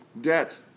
debt